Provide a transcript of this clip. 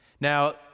Now